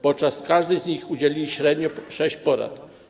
Podczas każdej z nich udzielili średnio sześć porad.